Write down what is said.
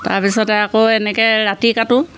তাৰপিছতে আকৌ এনেকে ৰাতি কাটো